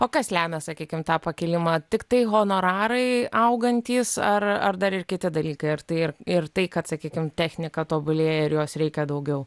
o kas lemia sakykim tą pakilimą tiktai honorarai augantys ar ar dar ir kiti dalykai ar tai ir tai kad sakykim technika tobulėja ir jos reikia daugiau